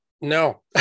No